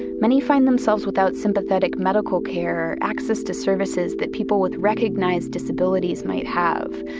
many find themselves without sympathetic medical care, access to services that people with recognized disabilities might have.